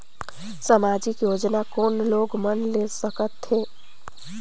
समाजिक योजना कोन लोग मन ले सकथे?